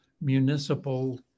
municipal